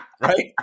right